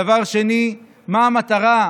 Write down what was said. דבר שני, מה המטרה?